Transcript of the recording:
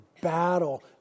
battle